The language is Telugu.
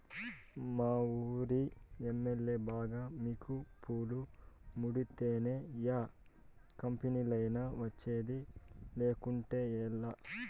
మావూరి ఎమ్మల్యే బాగా మికుపులు ముడితేనే యా కంపెనీలైనా వచ్చేది, లేకుంటేలా